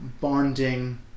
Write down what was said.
bonding